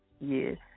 Yes